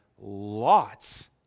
lots